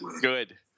Good